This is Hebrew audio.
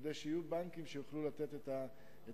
כדי שיהיו בנקים שיוכלו לתת את הכסף.